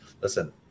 listen